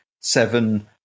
Seven